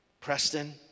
Preston